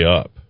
up